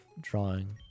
drawing